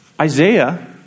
Isaiah